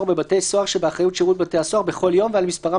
ובבתי סוהר שבאחריות שירות בתי הסוהר בכל יום ועל מספרם